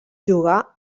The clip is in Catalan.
jugar